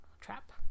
trap